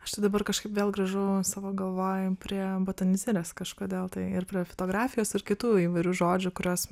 aš tai dabar kažkaip vėl grįžau savo galvoj prie botanizirės kažkodėl tai ir prie fitografijos ir kitų įvairių žodžių kuriuos